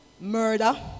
murder